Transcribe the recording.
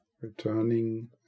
returning